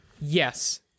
Yes